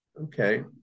okay